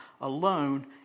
alone